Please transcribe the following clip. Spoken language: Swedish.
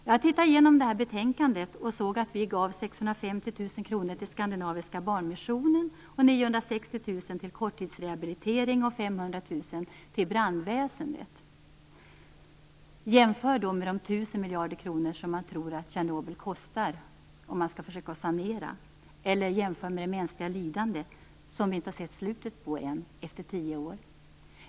Jag tittade igenom betänkandet och såg att vi gav 650 000 kr till Skandinaviska barnmissionen, 960 000 kr till korttidsrehabilitering och 500 000 kr till brandväsendet. Jämför detta med de 1 000 miljarder kronor som man tror att det kostar att försöka sanera Tjernobyl, eller jämför med det mänskliga lidande som vi inte har sett slutet på än efter tio år.